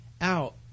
out